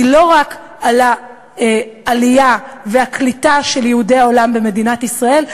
היא לא רק על העלייה והקליטה של יהודי העולם במדינת ישראל,